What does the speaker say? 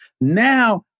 Now